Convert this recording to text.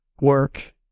work